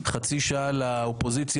חצי שעה לאופוזיציה,